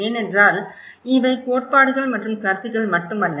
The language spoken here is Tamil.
ஏனென்றால் இவை கோட்பாடுகள் மற்றும் கருத்துக்கள் மட்டுமல்ல